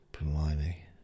blimey